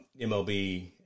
MLB